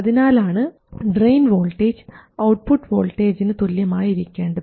അതിനാലാണ് drain voltage output വോൾട്ടേജിന് തുല്യമായി ഇരിക്കേണ്ടത്